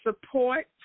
support